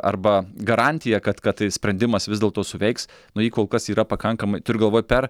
arba garantija kad kad tai sprendimas vis dėlto suveiks nu ji kol kas yra pakankamai turiu galvoj per